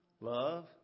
love